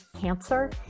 cancer